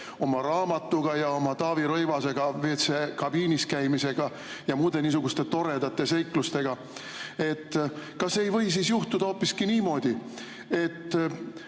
oma raamatuga ja Taavi Rõivasega WC‑kabiinis käimisega ja muude niisuguste "toredate" seiklustega. Kas ei või juhtuda hoopis niimoodi, et